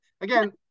again